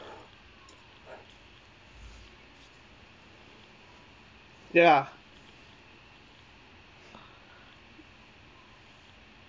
ya